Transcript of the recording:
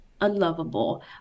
unlovable